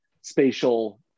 spatial